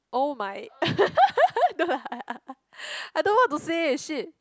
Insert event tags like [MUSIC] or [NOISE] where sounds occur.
oh my [LAUGHS] no lah [LAUGHS] I don't know what to say shit